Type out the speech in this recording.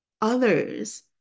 others